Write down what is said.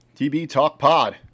TBTALKPOD